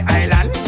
island